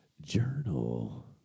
journal